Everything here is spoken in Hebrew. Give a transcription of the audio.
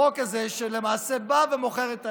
החוק הזה למעשה מוכר את הנגב.